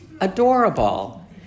Adorable